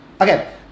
Okay